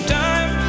time